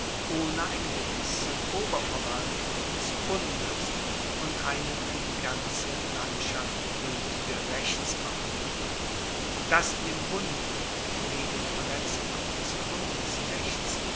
ohne eine gewisse oberverwaltung des bundes und eine fuer die ganze landschaft gueltige rechtsordnung dass dem bunde wegen verletzung des bundesrechts